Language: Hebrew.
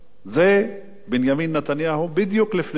זה בנימין נתניהו, בדיוק לפני חודש.